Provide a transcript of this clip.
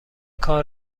کار